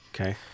Okay